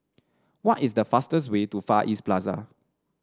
what is the fastest way to Far East Plaza